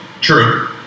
True